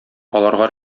аларга